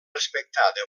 respectada